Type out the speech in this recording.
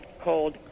cold